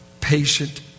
patient